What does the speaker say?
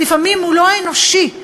לפעמים הוא לא אנושי.